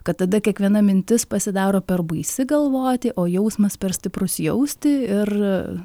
kad tada kiekviena mintis pasidaro per baisi galvoti o jausmas per stiprus jausti ir